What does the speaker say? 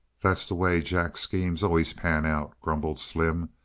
that's the way jack's schemes always pan out, grumbled slim.